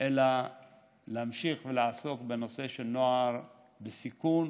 אלא להמשיך ולעסוק בנושא של נוער בסיכון.